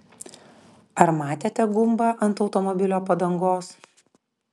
ar matėte gumbą ant automobilio padangos